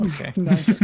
Okay